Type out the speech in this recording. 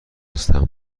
هستم